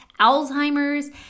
Alzheimer's